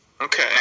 okay